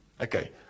okay